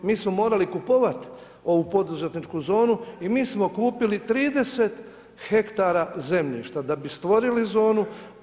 Mi smo morali kupovati ovu poduzetničku zonu i mi smo kupili 30 hektara zemlje, da bi stvorili zonu.